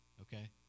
okay